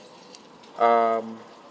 um